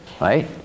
right